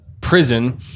prison